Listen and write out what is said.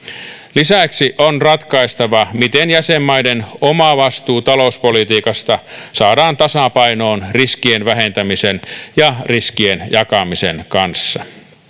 lisäksi on ratkaistava miten jäsenmaiden oma vastuu talouspolitiikasta saadaan tasapainoon riskien vähentämisen ja riskien jakamisen kanssa